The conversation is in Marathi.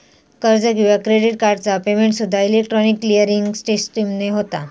कर्ज किंवा क्रेडिट कार्डचा पेमेंटसूद्दा इलेक्ट्रॉनिक क्लिअरिंग सिस्टीमने होता